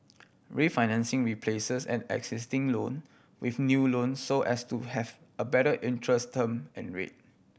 refinancing replaces and existing loan with new loan so as to have a better interest term and rate